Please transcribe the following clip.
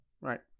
Right